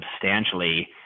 substantially